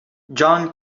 john